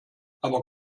aber